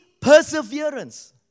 perseverance